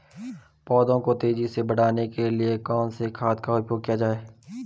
पौधों को तेजी से बढ़ाने के लिए कौन से खाद का उपयोग किया जाए?